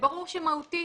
ברור שמהותית